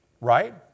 right